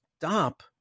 stop